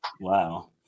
Wow